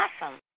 awesome